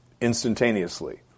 instantaneously